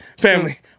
family